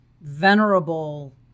venerable